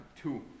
two